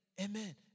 amen